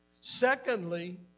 Secondly